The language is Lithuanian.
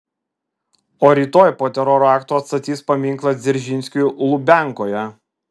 o rytoj po teroro akto atstatys paminklą dzeržinskiui lubiankoje